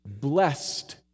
blessed